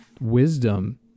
wisdom